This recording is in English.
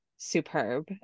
superb